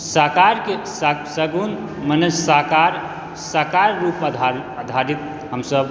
साकारके सगुण मने साकार साकार रूप आधारित हमसब